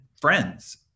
friends